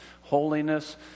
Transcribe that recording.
holiness